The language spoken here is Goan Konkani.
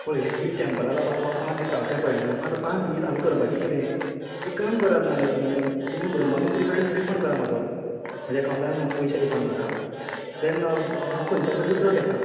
पळय एटलिस टेंपराक लागून आतां म्हाका पांच दीस रावचे पडलें आतां पांच दीस हांवें करपाचे किदें एक काम करात ना जाल्यार तुमी तुमी मनिच रिफंड रिफंड करा म्हाजो म्हज्या अकांवटार पयशें रिफंड करा देन हांव खंयच्यान तरी दुसरो घेतां